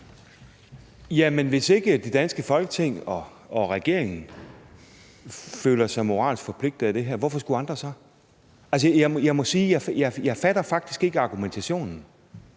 Jamen hvis ikke det danske Folketing og regeringen føler sig moralsk forpligtet af det her, hvorfor skulle andre så? Altså, jeg må sige, at jeg faktisk ikke fatter argumentationen.